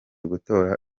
gutora